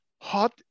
hot